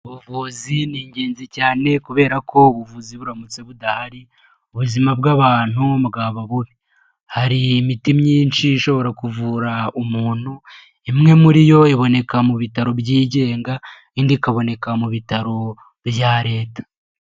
Ubuvuzi ni ingenzi cyane kubera ko ubuvuzi buramutse budahari ubuzima bw'abantu bwaba bubi, hari imiti myinshi ishobora kuvura umuntu, imwe muri yo iboneka mu bitaro byigenga indi ikaboneka mu bitaro byaya leta.